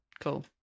cool